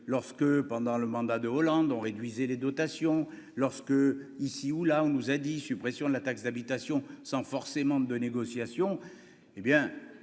lorsque pendant le mandat de Hollande on réduisait les dotations lorsque ici ou là, on nous a dit : suppression de la taxe d'habitation, sans forcément de de négociation, hé bien